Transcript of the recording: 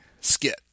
skit